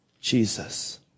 Jesus